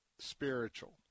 spiritual